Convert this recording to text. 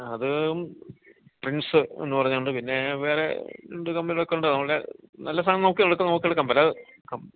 അത് റിന്സ് എന്ന് പറഞ്ഞൊണ്ട് പിന്നെ വേറെ രണ്ട് കമ്പികളെക്കൊണ്ട് നമ്മുടെ നല്ല സാധനം നോക്കി അതൊക്കെ നോക്കി എടുക്കാം വില